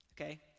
okay